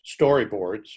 storyboards